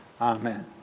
Amen